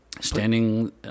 Standing